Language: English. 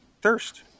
thirst